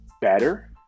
better